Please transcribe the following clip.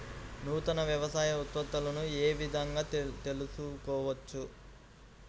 నూతన వ్యవసాయ ఉత్పత్తులను ఏ విధంగా తెలుసుకోవచ్చు?